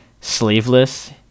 sleeveless